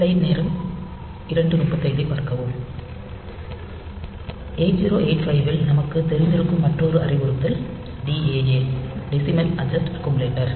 8085 ல் நமக்குத் தெரிந்திருக்கும் மற்றொரு அறிவுறுத்தல் DAA டெசிமல் அட்ஜெஸ்ட் அக்குமுலேட்டர்